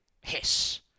hiss